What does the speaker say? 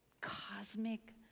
cosmic